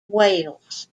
wales